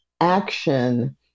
action